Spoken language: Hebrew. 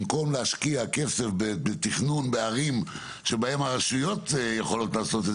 במקום להשקיע כסף בתכנון בערים שבהן הרשויות יכולות לעשות את